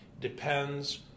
depends